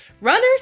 Runners